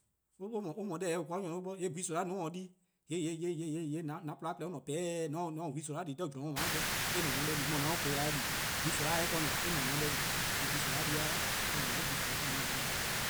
Eh no deh :eh :korn-a nyor :due' bo, :yee' gwehn soma: :mor :on :taa-or 'di :yee' :an :porluh-a klehkpeh or :ne :peheh', :mor :on se gwehn soma' di 'de 'we-eh: :dao' bo :yee' eh :mor :on :se-' deh di, mor :on :se-' :koo:-yor-eh-a 'jeh di, :mor gwehn soma' se 'o eh ken :ne, :yee' eh :mor :on :se-' deh di, :yee' gwehn soma-a di-a eh :nmor-' 'yi, :yee' gwehn soma' or-: no 'an dii-deh.